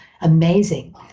amazing